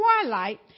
twilight